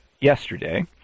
yesterday